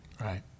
Right